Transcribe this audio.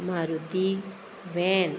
Maruti van